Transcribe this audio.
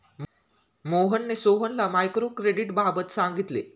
मोहनने सोहनला मायक्रो क्रेडिटबाबत सांगितले